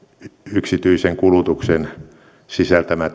yksityisen kulutuksen sisältämä